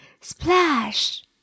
Splash